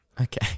Okay